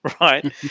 right